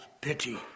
pity